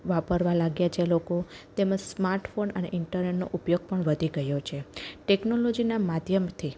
વાપરવા લાગ્યા છે લોકો તેમજ સ્માર્ટફોન અને ઈન્ટરનેટનો ઉપયોગ પણ વધી ગયો છે ટેકનોલોજીનાં માધ્યમથી